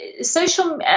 social